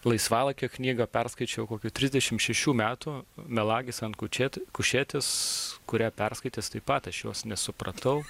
laisvalaikio knygą perskaičiau kokių trisdešimt šešių metų melagis ant kuče kušetės kurią perskaitęs taip pat aš jos nesupratau